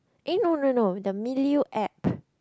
eh no no no the Milieu app